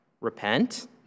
Repent